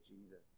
Jesus